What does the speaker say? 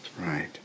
right